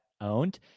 owned